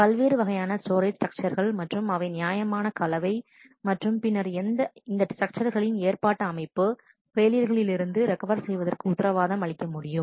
பல்வேறு வகையான ஸ்டோரேஜ் ஸ்ட்ரக்ச்சர்கள் மற்றும் அவை நியாயமான கலவை மற்றும் பின்னர் இந்த ஸ்ட்ரக்ச்சர்களின் ஏற்பாட்டு அமைப்பு ஃபெயிலியர்களில் இருந்து ரெக்கவர் செய்வதற்கு உத்தரவாதம் அளிக்க முடியும்